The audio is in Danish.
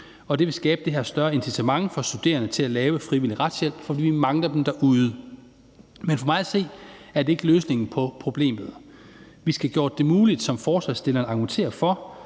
det vil skabe det her større incitament for studerende til at lave frivillig retshjælp, for vi mangler dem derude. For mig at se er det ikke løsningen på problemet. Vi skal have gjort det muligt, som forslagsstillerne argumenterer for,